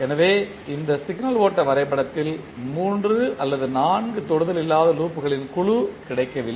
எனவே இந்த சிக்னல் ஓட்ட வரைபடத்தில் மூன்று அல்லது நான்கு தொடுதல் இல்லாத லூப்களின் குழு கிடைக்கவில்லை